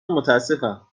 متاسفم